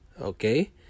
Okay